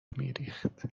میریخت